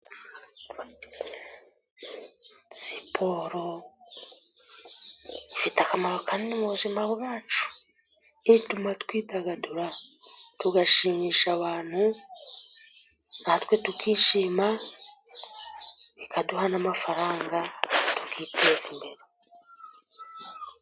Siporo ifite akamaro kanini mu buzima bwacu. Ituma twidagadura tugashimisha abantu, na twe tukishima ikaduha n'amafaranga tukiteza imbere.